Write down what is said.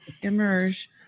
Emerge